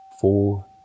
four